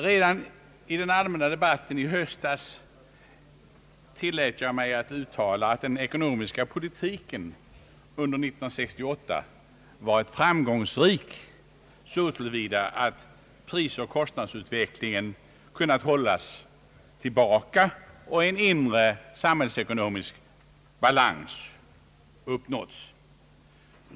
Redan i den allmänna debatten i höstas tillät jag mig uttala att den ekonomiska politiken under 1968 varit framgångsrik så till vida, att pris och kostnadsutvecklingen kunnat hållas tillbaka och en inre samhällsekonomisk balans uppnåtts.